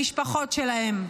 למשפחות שלהם,